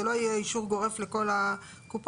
זה לא יהיה אישור גורף לכל הקופות,